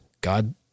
God